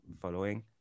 following